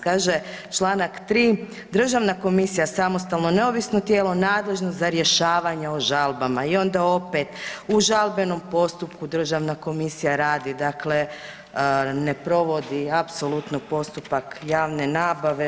Kaže članak 3.: „Državna komisija je samostalno i neovisno tijelo nadležno za rješavanje o žalbama.“ i onda opet: „U žalbenom postupku Državna komisija radi …“ dakle ne provodi apsolutno postupak javne nabave.